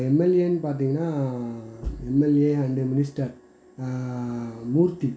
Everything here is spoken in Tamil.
எம்எல்ஏன்னு பார்த்தீங்கன்னா எம்எல்ஏ அண்டு மினிஸ்டர் மூர்த்தி